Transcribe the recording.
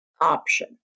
option